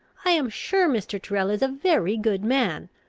i am sure mr. tyrrel is a very good man,